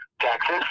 Texas